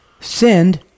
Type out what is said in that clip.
send